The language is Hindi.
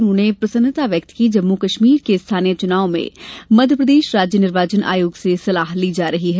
उन्होंने प्रसन्नता व्यक्त की कि जम्मू कश्मीर के स्थानीय चुनाव में मध्यप्रदेश राज्य निर्वाचन आयोग से सलाह ली जा रही है